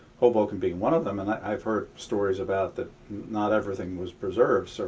hoboken being one of them, and i've heard stories about that not everything was preserved, so